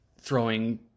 throwing